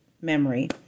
memory